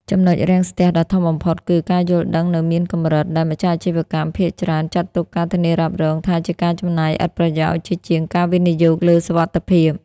ចំណុចរាំងស្ទះដ៏ធំបំផុតគឺ "ការយល់ដឹងនៅមានកម្រិត" ដែលម្ចាស់អាជីវកម្មភាគច្រើនចាត់ទុកការធានារ៉ាប់រងថាជាការចំណាយឥតប្រយោជន៍ ជាជាងការវិនិយោគលើសុវត្ថិភាព។